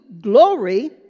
glory